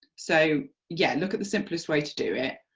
so yeah, look at the simplest way to do it,